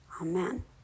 Amen